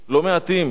לצערנו הרב,